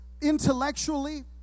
intellectually